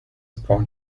point